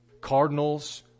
Cardinals